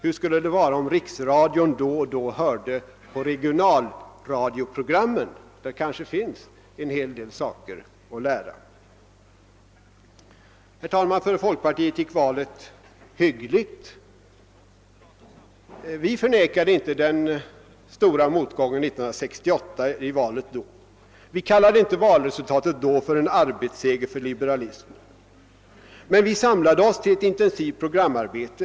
Hur skulle det vara om riksradion då och då hörde på regionalradioprogrammen? Där kanske finns en hel del saker att lära. För folkpartiet gick valet hyggligt. Vi förnekade inte den stora motgången i valet 1968. Vi kallade inte valresultatet då en »arbetsseger för liberalismen». Men vi samlade oss till ett intensivt programarbete.